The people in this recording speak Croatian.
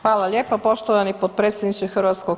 Hvala lijepa poštovani potpredsjedniče HS.